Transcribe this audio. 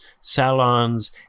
salons